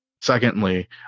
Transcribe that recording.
secondly